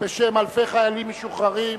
בשם אלפי חיילים משוחררים.